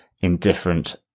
indifferent